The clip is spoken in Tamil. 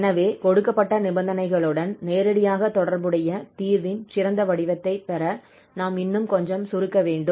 எனவே கொடுக்கப்பட்ட நிபந்தனைகளுடன் நேரடியாக தொடர்புடைய தீர்வின் சிறந்த வடிவத்தைப் பெற நாம் இன்னும் கொஞ்சம் சுருக்க வேண்டும்